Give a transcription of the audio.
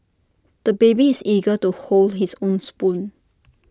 the baby is eager to hold his own spoon